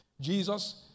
Jesus